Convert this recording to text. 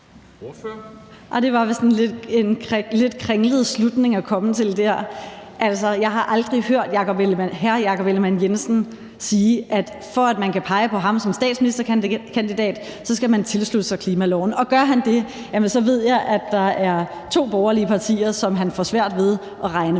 Det var vist en lidt kringlet slutning at komme til der. Altså, jeg har aldrig hørt hr. Jakob Ellemann-Jensen sige, at for at man kan pege på ham som statsministerkandidat, skal man tilslutte sig klimaloven. Og gør han det, ved jeg, at der er to borgerlige partier, som han får svært ved at regne